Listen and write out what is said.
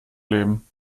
leben